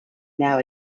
now